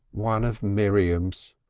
one of miriam's!